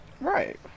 Right